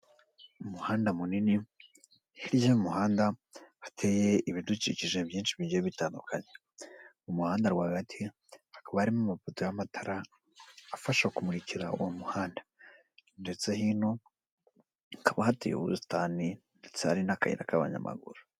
Umuhanda munini hirya y'umuhanda hateye ibidukikije byinshi bigiye bitandukanye mu muhanda rwagati hakaba harimo amafoto y'amatara afasha kumurikira uwo muhanda ndetse hino hakaba hateye ubusitani ndetse hari n'akayira k'abanyamaguru.